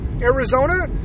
Arizona